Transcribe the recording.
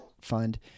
fund